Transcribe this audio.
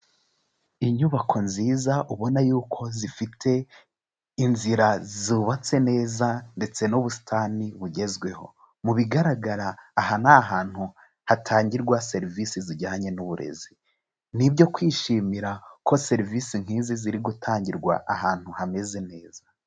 Inyubako nziza ubona y'uko zifite inzira zubatse neza ndetse n'ubusitani bugezweho. Mu bigaragara, aha ni ahantu hatangirwa serivisi zijyanye n'uburezi. Ni ibyo kwishimira ko serivisi nk'izi ziri gutangirwa ahantu hameze neza.